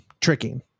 tricking